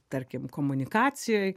tarkim komunikacijoj